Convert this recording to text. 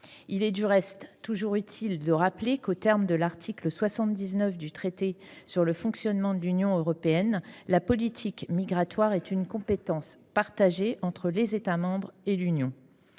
Il est, du reste, toujours utile de rappeler qu’aux termes de l’article 79 du traité sur le fonctionnement de l’Union européenne (TFUE), la politique migratoire est une compétence partagée entre les États membres et l’Union.